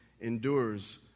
Endures